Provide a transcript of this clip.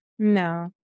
No